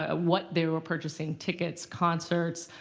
ah what they were purchasing, tickets, concerts,